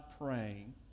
praying